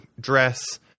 dress